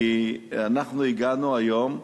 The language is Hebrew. כי אנחנו הגענו היום,